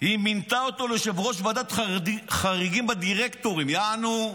מינתה אותו ליושב-ראש ועדת חריגים של הדירקטורים יענו,